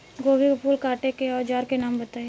गोभी के फूल काटे के औज़ार के नाम बताई?